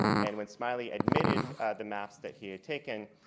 and when smiley admitted the map that he had taken,